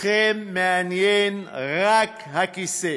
אתכם מעניין רק הכיסא,